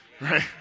right